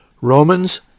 Romans